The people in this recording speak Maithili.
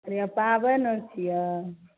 कहलियै पाबनि अर छियै